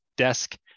desk